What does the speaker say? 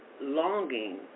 longing